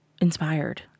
Inspired